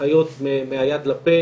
שחיות מהיד לפה,